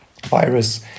virus